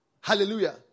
Hallelujah